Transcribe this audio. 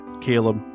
Caleb